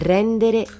Rendere